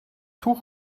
tuch